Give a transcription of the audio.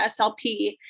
SLP